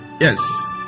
Yes